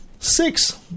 Six